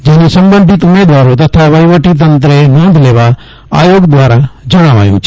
જેની સબંધિત ઉમેદવારો તથા વફવટી તંત્રને નોંધ લેવા આયોગ દ્રારા જણાવાયુ છે